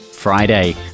Friday